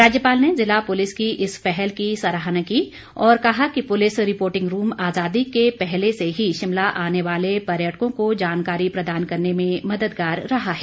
राज्यपाल ने जिला पुलिस की इस पहल की सराहना की और कहा कि पुलिस रिपोर्टिंग रूम आजादी के पहले से ही शिमला आने वाले पर्यटकों को जानकारी प्रदान करने में मददगार रहा है